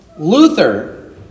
Luther